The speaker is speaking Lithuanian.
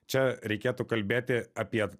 čia reikėtų kalbėti apie